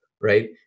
right